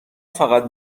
فقط